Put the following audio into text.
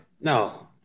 No